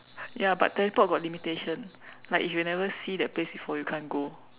ya but teleport got limitation like if you never see that place before you can't go